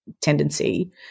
tendency